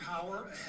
power